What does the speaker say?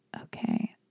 Okay